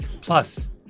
Plus